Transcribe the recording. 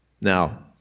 Now